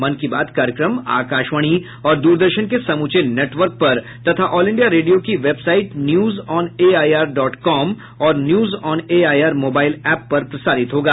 मन की बात कार्यक्रम आकाशवाणी और द्ररदर्शन के समूचे नेटवर्क पर तथा ऑल इंडिया रेडियो की website news on AIR dot com और news on AIR mobile app पर प्रसारित होगा